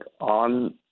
on